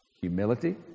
Humility